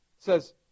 says